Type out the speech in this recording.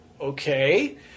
okay